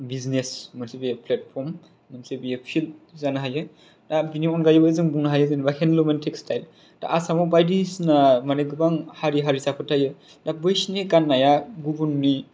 business मोनसे बेयो platform मोनसे बेयो फिल्द जानो हायो दा बिनि अनगायैबो जों बुंनो हायो जेनेबा हेण्डलुम एन तेक्सताइल दा आसामाव बायदिसिना माने गोबां हारि हारिसाफोर थायो दा बैसिनि गाननाया गुबुननि